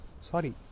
Sorry